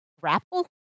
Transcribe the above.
grapple